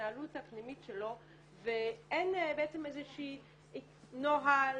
ההתנהלות הפנימית שלו ואין איזשהו נוהל,